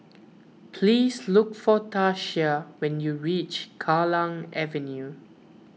please look for Tatia when you reach Kallang Avenue